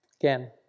Again